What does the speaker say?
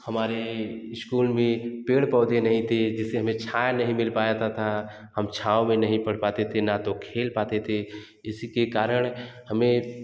हमारे इस्कूल में पेड़ पौधे नहीं थे जिससे हमे छाया नहीं मिल पाया ता था हम छाँव नहीं पढ़ पाती थी ना तो खेल पाते थे इसी के कारण